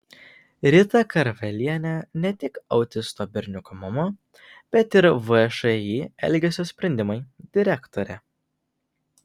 rita karvelienė ne tik autisto berniuko mama bet ir všį elgesio sprendimai direktorė